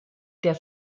der